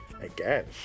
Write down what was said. again